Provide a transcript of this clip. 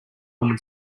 woman